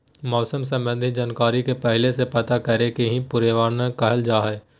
मौसम संबंधी जानकारी के पहले से पता करे के ही पूर्वानुमान कहल जा हय